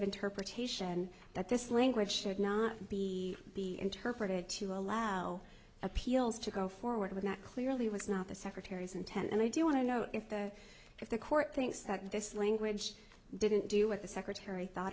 interpretation that this language should not be be interpreted to allow appeals to go forward with not clearly was not the secretary's intent and i do want to know if the if the court thinks that this language didn't do what the secretary thought